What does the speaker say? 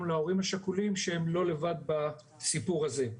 להורים השכולים ובטחון לדעת שהם לא לבד בסיפור הזה.